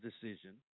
decision